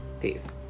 Peace